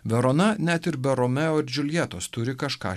verona net ir be romeo ir džiuljetos turi kažką